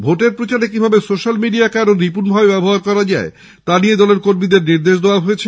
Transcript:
ভোটের প্রচারে কিভাবে সোশ্যাল মিডিয়াকে আরও নিপুণভাবে ব্যবহার করা যায় তা নিয়ে দলের কর্মীদের নির্দেশ দেওয়া হয়েছে